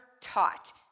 taught